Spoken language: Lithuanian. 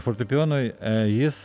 fortepijonui jis